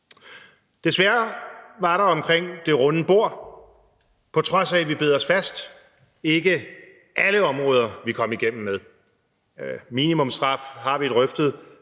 Desværre var det omkring det runde bord, på trods af at vi bed os fast, ikke alle områder, hvor vi kom igennem. Minimumsstraffe har vi drøftet